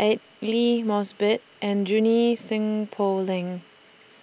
Aidli Mosbit and Junie Sng Poh Leng